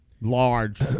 large